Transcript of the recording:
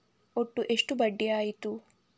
ಒಟ್ಟು ಎಷ್ಟು ಬಡ್ಡಿ ಆಯಿತು?